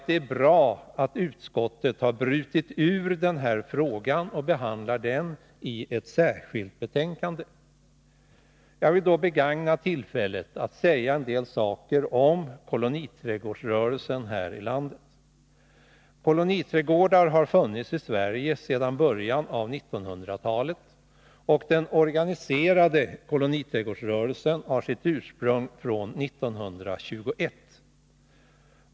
Det är bra att utskottet har brutit ut denna fråga och behandlar den i ett särskilt betänkande. Jag vill då begagna tillfället att säga en del om koloniträdgårdsrörelsen här i landet. Koloniträdgårdar har funnits i Sverige sedan början av 1900-talet, och den organiserade koloniträdgårdsrörelsen har sitt ursprung från 1921.